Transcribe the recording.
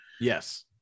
yes